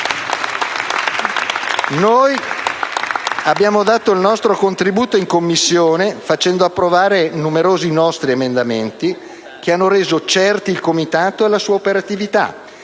Noi abbiamo dato un contributo in Commissione facendo approvare numerosi nostri emendamenti che hanno reso certi il Comitato e la sua operatività,